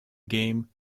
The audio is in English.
game